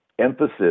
Emphasis